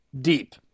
deep